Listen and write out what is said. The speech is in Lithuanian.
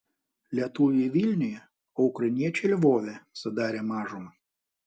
lietuviai vilniuje o ukrainiečiai lvove sudarė mažumą